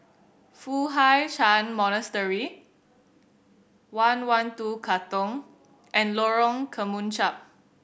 Foo Hai Ch'an Monastery One One Two Katong and Lorong Kemunchup